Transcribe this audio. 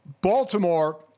Baltimore